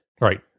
Right